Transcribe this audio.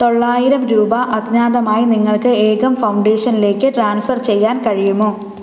തൊള്ളായിരം രൂപ അജ്ഞാതമായി നിങ്ങൾക്ക് ഏകം ഫൗണ്ടേഷനിലേക്ക് ട്രാൻസ്ഫർ ചെയ്യാൻ കഴിയുമോ